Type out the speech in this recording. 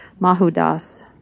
Mahudas